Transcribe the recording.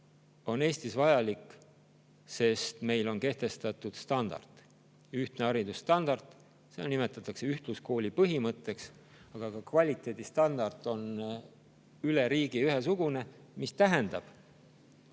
on Eestis vajalik, sest meil on kehtestatud ühtne haridusstandard. Seda nimetatakse ühtluskooli põhimõtteks. Ka kvaliteedistandard on üle riigi ühesugune. See tähendab,